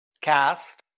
cast